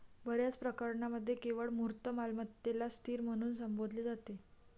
बर्याच प्रकरणांमध्ये केवळ मूर्त मालमत्तेलाच स्थिर म्हणून संबोधले जाते